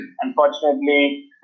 unfortunately